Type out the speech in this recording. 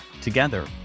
Together